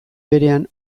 berean